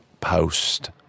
post